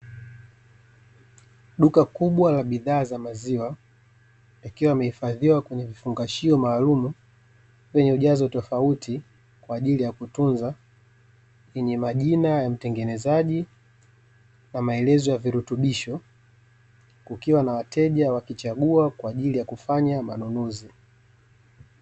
Duka kubwa la bidhaa za maziwa; yakiwa yamehifadhiwa kwenye vifungashio maalumu vyenye ujazo tofauti kwa ajili ya kutunza, yenye majina ya mtengenezaji na maelezo ya virutubisho, kukiwa na wateja wakichagua kwa ajili ya kufanya manunuzi.